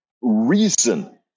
reason